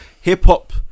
hip-hop